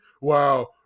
Wow